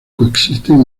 coexisten